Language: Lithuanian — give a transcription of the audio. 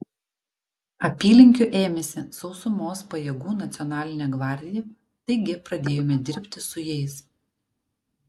apylinkių ėmėsi sausumos pajėgų nacionalinė gvardija taigi pradėjome dirbti su jais